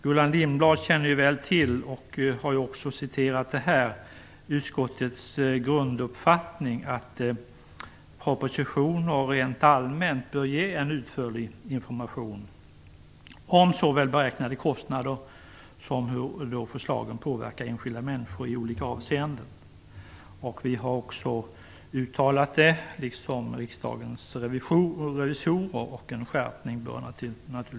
Gullan Lindblad känner väl till - hon har också citerat den här - utskottets grunduppfattning att propositioner rent allmänt bör ge en utförlig information om såväl beräknade kostnader som hur förslagen påverkar enskilda människor i olika avseenden. Vi har liksom Riksdagens revisorer uttalat detta, och en skärpning bör naturligtvis ske.